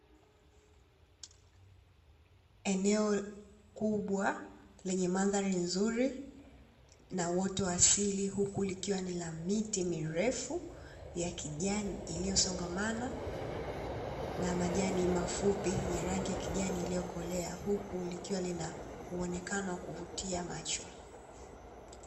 Eneo kubwa lenye mandhari nzuri, na uoto wa asili huku likiwa lina miti mirefu ya kijani iliyosongamana na majani mafupi yenye rangi ya kijani iliyokolea, huku likiwa lina muonekano wa kuvutia macho.